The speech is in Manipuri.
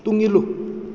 ꯇꯨꯡꯏꯜꯂꯨ